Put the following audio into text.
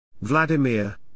Vladimir